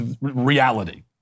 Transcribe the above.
reality